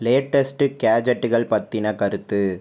latest கேஜெட்டுகள் பற்றிய கருத்து